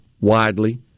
widely